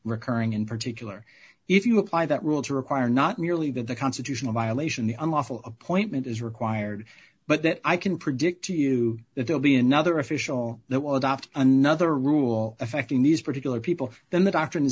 recurring in particular if you apply that rule to require not merely that the constitutional violation the unlawful appointment is required but that i can predict to you that they'll be another official that will adopt another rule affecting these particular people then the doctrine